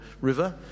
river